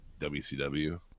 WCW